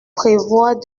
prévoit